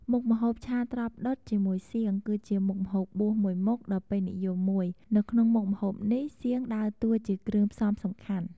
មុខម្ហូប ឆាត្រប់ដុតជាមួយសៀង គឺជាមុខម្ហូបបួសមូយមុខដ៏ពេញនិយមមួយ នៅក្នុងមុខម្ហូបនេះ សៀងដើរតួ ជាគ្រឿងផ្សំសំខាន់។